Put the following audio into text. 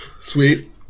Sweet